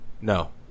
No